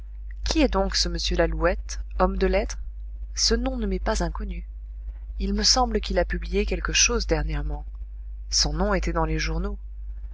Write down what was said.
qui est donc ce m lalouette homme de lettres ce nom ne m'est pas inconnu il me semble qu'il a publié quelque chose dernièrement son nom était dans les journaux